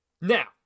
Now